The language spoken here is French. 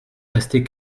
restait